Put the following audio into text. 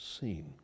seen